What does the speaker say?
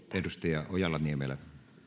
arvoisa herra puhemies iso kiitos